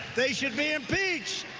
they should be impeached.